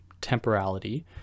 temporality